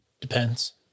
Depends